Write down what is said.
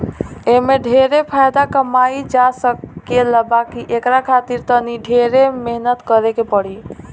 एमे ढेरे फायदा कमाई जा सकेला बाकी एकरा खातिर तनी ढेरे मेहनत करे के पड़ी